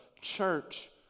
church